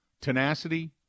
tenacity